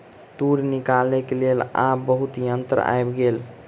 तूर निकालैक लेल आब बहुत यंत्र आइब गेल